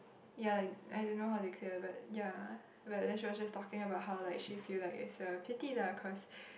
ya like I don't know how they clear but ya but then she was just talking about how like she feel like it's a pity lah cause